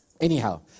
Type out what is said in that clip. anyhow